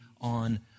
on